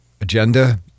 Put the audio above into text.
agenda